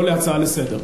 לא להצעה לסדר-היום.